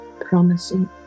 promising